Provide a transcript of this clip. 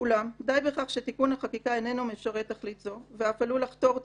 אולם די בכך שתיקון החקיקה איננו משרת תכלית זאת ואף עלול לחתור תחתיה,